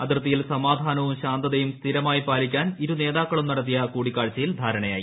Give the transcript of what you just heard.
അതിർത്തിയിൽ സമാധാനവും ശാന്തതയും സ്ഥിരമായി പാലിക്കാൻ ഇരുനേതാക്കളും നടത്തിയ കൂടിക്കാഴ്ചയിൽ ധാരണയായി